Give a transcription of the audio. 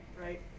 right